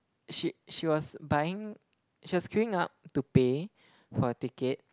she she was buying she was queuing up to pay for a ticket